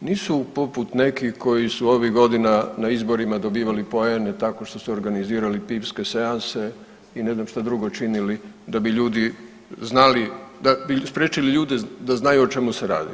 nisu poput nekih koji su ovih godina na izborima dobivali poene tako što su organizirali pivske seanse i ne znam što drugo činili da bi ljudi znali, da bi spriječili ljude da znaju o čemu se radi.